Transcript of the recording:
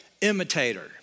imitator